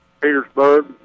Petersburg